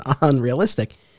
unrealistic